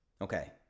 Okay